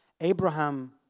Abraham